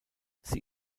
sie